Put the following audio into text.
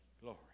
glory